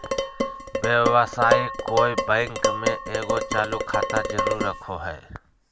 व्यवसायी कोय बैंक में एगो चालू खाता जरूर रखो हइ